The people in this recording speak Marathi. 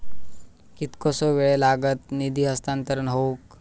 कितकोसो वेळ लागत निधी हस्तांतरण हौक?